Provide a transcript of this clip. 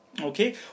Okay